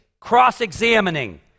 cross-examining